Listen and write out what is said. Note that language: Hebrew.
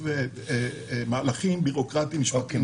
ומהלכים ביורוקרטיים-משפטיים.